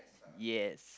yes